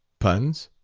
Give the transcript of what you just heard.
puns?